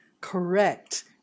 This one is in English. correct